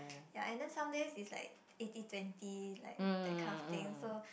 ya and then some days it's like eighty twenty that kind of thing so